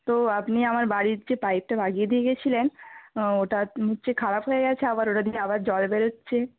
তো আপনি আমার বাড়ির যে পাইপটা বাগিয়ে দিয়ে গেছিলেন ও ওটা হচ্ছে খারাপ হয়ে গেছে আবার ওটা দিয়ে আবার জল বেরোচ্ছে